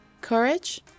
courage